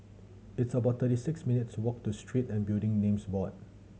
it's about thirty six minutes' walk to Street and Building Names Board